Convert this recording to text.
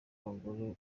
w’abagore